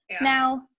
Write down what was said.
Now